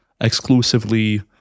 exclusively